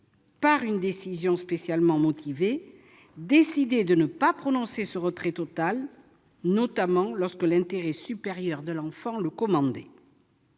par une décision spécialement motivée, décider de ne pas prononcer ce retrait total, notamment lorsque l'intérêt supérieur de l'enfant le commandait.